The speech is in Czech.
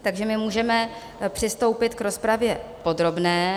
Takže my můžeme přistoupit k rozpravě podobné.